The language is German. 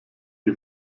die